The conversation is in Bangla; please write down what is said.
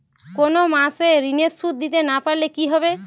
কোন মাস এ ঋণের সুধ দিতে না পারলে কি হবে?